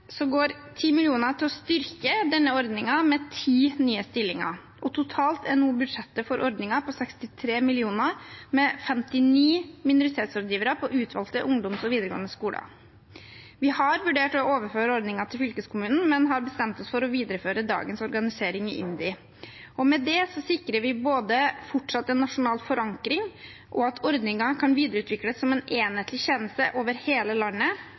går 10 mill. kr til å styrke denne ordningen med ti nye stillinger. Totalt er budsjettet for ordningen nå på 63 mill. kr, med 59 minoritetsrådgivere på utvalgte ungdomsskoler og videregående skoler. Vi har vurdert å overføre ordningen til fylkeskommunene, men har bestemt oss for å videreføre dagens organisering i IMDi. Med det sikrer vi en fortsatt nasjonal forankring, at ordningen kan videreutvikles som en enhetlig tjeneste over hele landet,